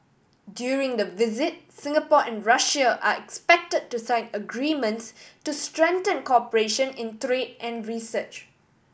during the visit Singapore and Russia are expected to sign agreements to strengthen cooperation in trade and research